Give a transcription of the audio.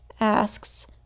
asks